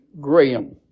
Graham